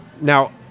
Now